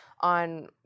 on